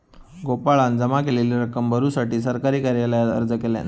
गोपाळान जमा केलेली रक्कम भरुसाठी सरकारी कार्यालयात अर्ज केल्यान